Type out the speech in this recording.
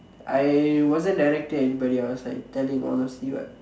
I wasn't directed at anybody else I telling honestly what